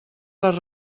les